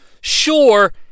Sure